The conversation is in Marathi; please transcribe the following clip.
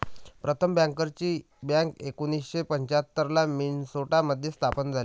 प्रथम बँकर्सची बँक एकोणीसशे पंच्याहत्तर ला मिन्सोटा मध्ये स्थापन झाली